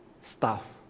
staff